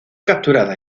capturada